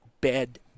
bed